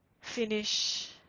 finish